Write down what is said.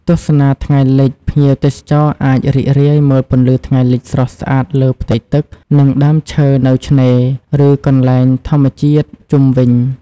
ទស្សនាថ្ងៃលិច ភ្ញៀវទេសចរអាចរីករាយមើលពន្លឺថ្ងៃលិចស្រស់ស្អាតលើផ្ទៃទឹក និងដើមឈើនៅឆ្នេរ ឬកន្លែងធម្មជាតិជុំវិញ។